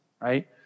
right